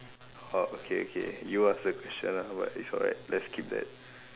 orh okay okay you ask the question ah but it's alright let's skip that